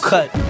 Cut